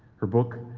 her book,